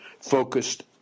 focused